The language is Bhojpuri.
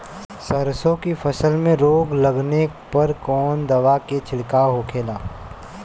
सरसों की फसल में रोग लगने पर कौन दवा के छिड़काव होखेला?